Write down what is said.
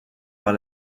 par